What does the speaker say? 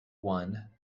one